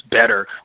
better